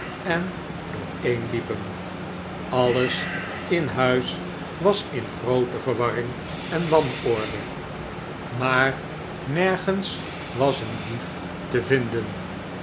en dooreenliepen alles in huis was in groote verwarring en wanorde maar nergens was een dief te vinden